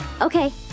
Okay